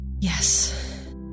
Yes